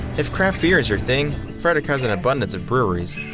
if craft beer is your thing, frederick has an abundance of breweries.